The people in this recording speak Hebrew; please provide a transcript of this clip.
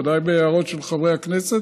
ודאי בהערות של חברי הכנסת.